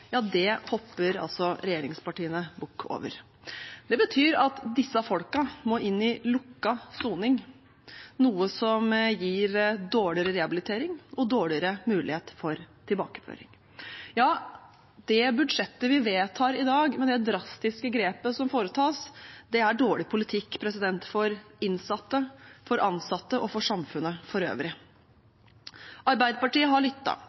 Ja, det budsjettet vi vedtar i dag, det drastiske grepet som foretas, er dårlig politikk for innsatte, for ansatte og for samfunnet for øvrig. Arbeiderpartiet har